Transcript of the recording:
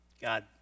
God